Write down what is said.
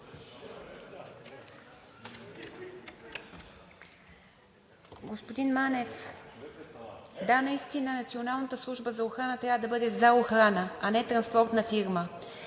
Господин Манев, да, наистина Националната служба за охрана трябва да бъде за охрана, а не транспортна фирма.